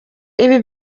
ibi